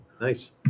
Nice